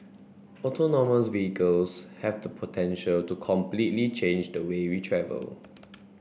autonomous vehicles have the potential to completely change the way we travel